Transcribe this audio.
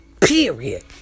Period